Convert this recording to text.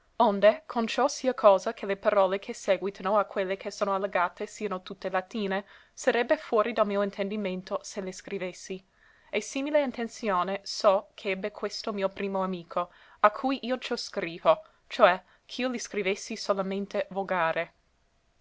onde con ciò sia cosa che le parole che sèguitano a quelle che sono allegate siano tutte latine sarebbe fuori del mio intendimento se le scrivessi e simile intenzione so ch'ebbe questo mio primo amico a cui io ciò scrivo cioè ch'io li scrivessi solamente volgare